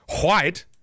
white